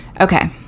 Okay